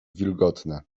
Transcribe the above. wilgotne